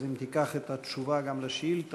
אז אם תיקח גם את התשובה לשאילתה